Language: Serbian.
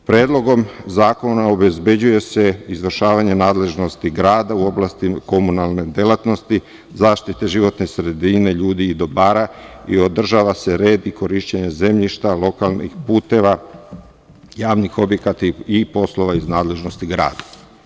Predlogom zakona obezbeđuje se izvršavanje nadležnosti grada u oblasti komunalne delatnosti, zaštite životne sredine, ljudi i dobara i održava se red i korišćenje zemljišta, lokalnih puteva, javnih objekata i poslova iz nadležnosti grada.